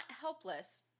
helpless